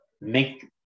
make